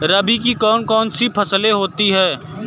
रबी की कौन कौन सी फसलें होती हैं?